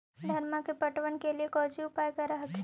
धनमा के पटबन के लिये कौची उपाय कर हखिन?